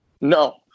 No